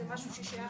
לשם